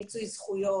מיצוי זכויות,